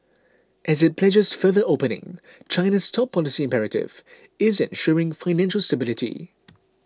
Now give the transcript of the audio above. as it pledges further opening China's top policy imperative is ensuring financial stability